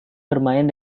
bermain